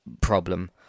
problem